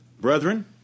Brethren